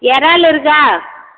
இறால் இருக்கா